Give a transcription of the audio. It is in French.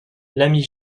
l’ami